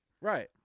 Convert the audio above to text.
Right